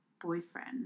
boyfriend